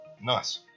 Nice